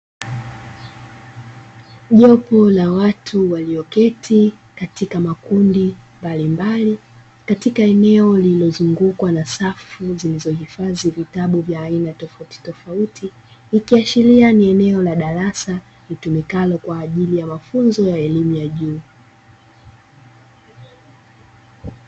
Jopo la watu waliyoketi katika makundi mbalimbali katika eneo lililozungukwa na safu zilizohifadhi vitabu vya aina tofautitofauti, ikiashiria ni eneo la darasa litumikalo kwa ajili ya mafunzo ya elimu ya juu.